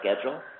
schedule